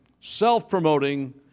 self-promoting